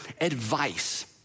advice